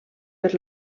per